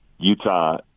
Utah